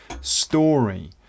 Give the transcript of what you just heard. story